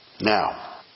now